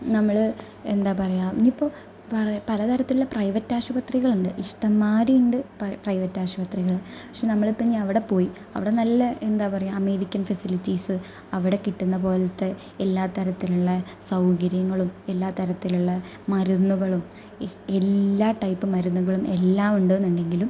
നമ്മൾ എന്താപറയുക ഇന്നിപ്പം പറ പല തരത്തിലുള്ള പ്രൈവറ്റ് ആശുപത്രികളുണ്ട് ഇഷ്ടമ്മാതിരി ഉണ്ട് പ്രൈവറ്റ് ആശുപത്രികൾ പക്ഷെ നമ്മൾ പിന്നവിടെ പോയി അവിടെ നല്ല എന്താ പറയുക അമേരിക്കന് ഫെസിലിറ്റീസ് അവിടെ കിട്ടുന്ന പോലത്തെ എല്ലാത്തരത്തിലുള്ള സൗകര്യങ്ങളും എല്ലാത്തരത്തിലുള്ള മരുന്നുകളും ഇ എല്ലാ ടൈപ്പ് മരുന്നുകളും എല്ലാം ഉണ്ടെന്നുണ്ടെങ്കിലും